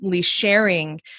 Sharing